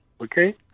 Okay